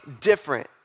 different